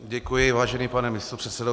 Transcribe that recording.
Děkuji, vážený pane místopředsedo.